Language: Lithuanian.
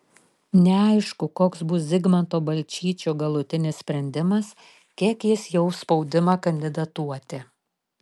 neaišku koks bus zigmanto balčyčio galutinis sprendimas kiek jis jaus spaudimą kandidatuoti